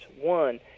One